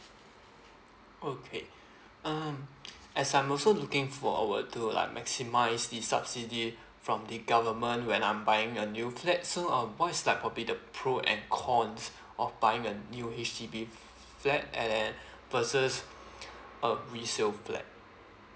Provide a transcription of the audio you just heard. okay um as I'm also looking forward to like maximise the subsidy from the government when I'm buying a new flat so um what's like probably the pro and cons of buying a new H_D_B flat and versus a resale flat